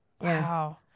Wow